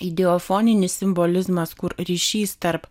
ideofoninis simbolizmas kur ryšys tarp